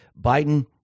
Biden